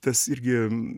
tas irgi